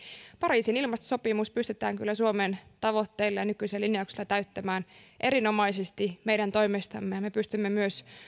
pariisin ilmastosopimus pystytään kyllä suomen tavoitteilla ja nykyisillä linjauksilla täyttämään erinomaisesti meidän toimestamme ja me pystymme myös